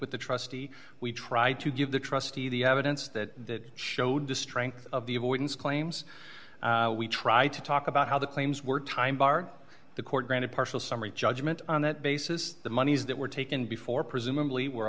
with the trustee we tried to give the trustee the evidence that showed the strength of the avoidance claims we tried to talk about how the claims were time bar the court granted partial summary judgment on that basis the monies that were taken before presumably were